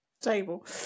table